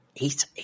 Eight